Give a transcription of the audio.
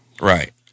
Right